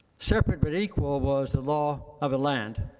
separate but equal was the law of the land.